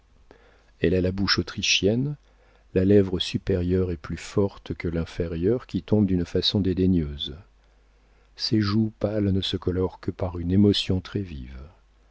elle a la bouche autrichienne la lèvre supérieure est plus forte que l'inférieure qui tombe d'une façon dédaigneuse ses joues pâles ne se colorent que par une émotion très vive